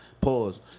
Pause